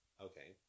Okay